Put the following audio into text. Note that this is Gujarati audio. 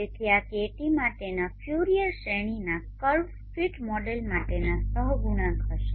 તેથી આ kt માટેના ફ્યુરિયર શ્રેણીના કર્વ ફીટ મોડેલ માટેના સહગુણાંક હશે